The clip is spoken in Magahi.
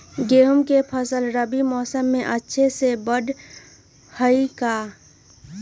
गेंहू के फ़सल रबी मौसम में अच्छे से बढ़ हई का?